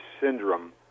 syndrome